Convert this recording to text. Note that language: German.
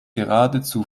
geradezu